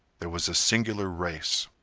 there was a singular race.